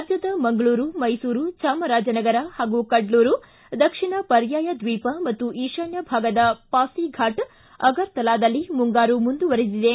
ರಾಜ್ಲದ ಮಂಗಳೂರು ಮೈಸೂರು ಚಾಮರಾಜನಗರ ಹಾಗೂ ಕಡ್ಡೂರು ದಕ್ಷಿಣ ಪರ್ಯಾಯ ದ್ವೀಪ ಮತ್ತು ಈಶಾನ್ಲ ಭಾಗದ ಪಾಸ್ತಿಫಾಟ್ ಅಗರ್ತಲಾದಲ್ಲಿ ಮುಂಗಾರು ಮುಂದುವರಿದಿದೆ